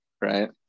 Right